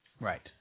Right